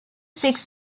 six